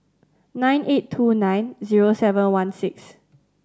nine eight two nine zero seven one six